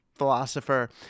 philosopher